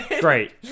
Great